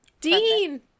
Dean